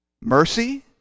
mercy